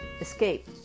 escape